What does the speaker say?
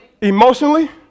emotionally